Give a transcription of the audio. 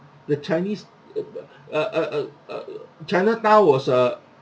the chinese uh uh uh uh uh uh uh chinatown was a